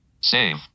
Save